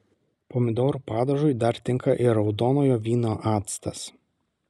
pomidorų padažui dar tinka ir raudonojo vyno actas